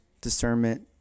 discernment